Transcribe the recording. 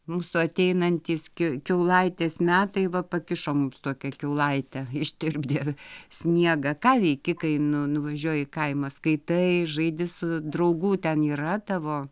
mūsų ateinantys ki kiaulaitės metai va pakišo mums tokią kiaulaitę ištirpdė sniegą ką veiki kai nu nuvažiuoji į kaimą skaitai žaidi su draugų ten yra tavo